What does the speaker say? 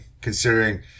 considering